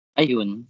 ayun